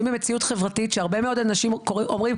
במציאות חברתית שהרבה מאוד אנשים אומרים,